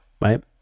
right